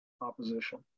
opposition